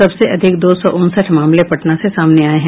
सबसे अधिक दो सौ उनसठ मामले पटना से सामने आये हैं